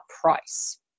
price